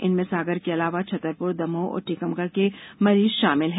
इनमें सागर के अलावा छतरपुर दमोह और टीकमगढ़ के मरीज शामिल है